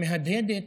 המהדהדת: